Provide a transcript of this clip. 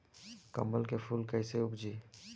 कमल के फूल कईसे उपजी?